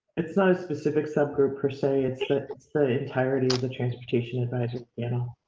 it's not a specific sub group per se, it's it's the entirety of the transportation advantages, you know.